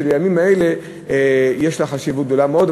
שבימים האלה יש לה חשיבות גדולה מאוד.